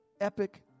epic